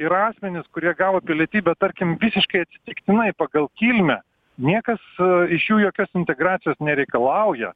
yra asmenys kurie gavo pilietybę tarkim visiškai atsitiktinai pagal kilmę niekas iš jų jokios integracijos nereikalauja